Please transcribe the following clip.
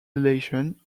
dilation